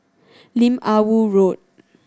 Lim Ah Woo Road